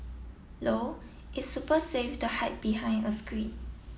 low its super safe to hide behind a screen